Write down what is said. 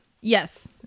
Yes